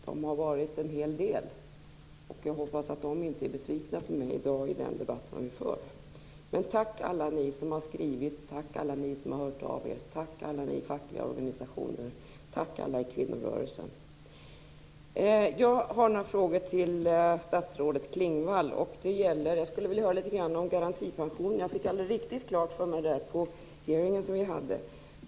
De har varit en hel del, och jag hoppas att de inte är besvikna på mig i den debatt som vi för i dag. Tack alla ni som har skrivit! Tack alla ni som har hört av er! Tack alla ni fackliga organisationer! Tack alla i kvinnorörelsen! Jag har några frågor till statsrådet Klingvall. Jag skulle vilja höra litet grand om garantipensionen som jag inte fick riktigt klart för mig på den hearing vi hade.